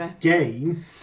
game